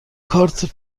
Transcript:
کارت